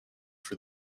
for